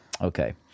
Okay